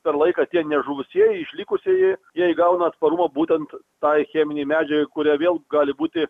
per laiką tie nežuvusieji išlikusieji jie įgauna atsparumą būtent tai cheminei medžiagai kurią vėl gali būti